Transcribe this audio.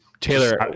Taylor